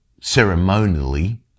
ceremonially